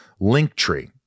Linktree